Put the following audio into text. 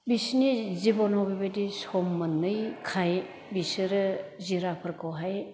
बिसिनि जिब'नाव बेबायदि सम मोननैखाय बिसोरो जिराफोरखौहाय